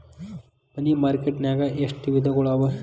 ಮನಿ market ನ್ಯಾಗ್ ಎಷ್ಟವಿಧಗಳು ಅವ?